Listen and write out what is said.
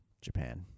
Japan